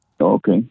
Okay